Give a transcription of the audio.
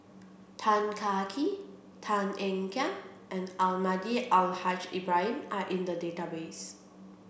Tan Kah Kee Tan Ean Kiam and Almahdi Al Haj Ibrahim are in the database